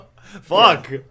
fuck